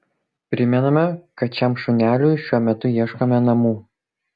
primename kad šiam šuneliui šiuo metu ieškome namų